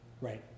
right